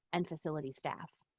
and facility staff.